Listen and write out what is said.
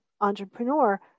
entrepreneur